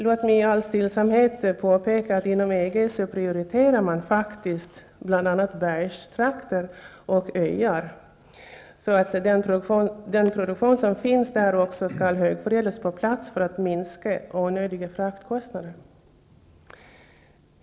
Låt mig i all stillsamhet påpeka, att inom EG prioriteras faktiskt bl.a. bergstrakter och öar, så att den produktion som finns där också skall högförädlas på plats för att minska onödiga fraktkostnader.